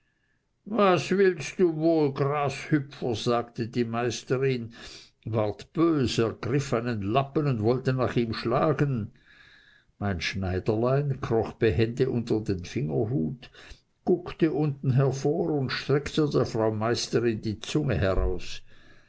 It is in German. was willst du wohl grashüpfer sagte die meisterin ward bös ergriff einen lappen und wollte nach ihm schlagen mein schneiderlein kroch behende unter den fingerhut guckte unten hervor und streckte der frau meisterin die zunge heraus